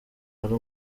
ari